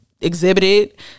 exhibited